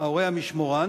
ההורה המשמורן,